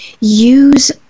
use